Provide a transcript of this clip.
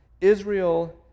Israel